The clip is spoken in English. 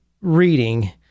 reading